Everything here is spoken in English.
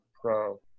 Pro